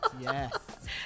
Yes